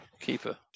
keeper